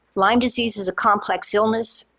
lyme disease is a complex illness.